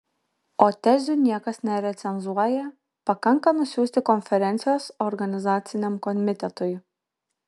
o tezių niekas nerecenzuoja pakanka nusiųsti konferencijos organizaciniam komitetui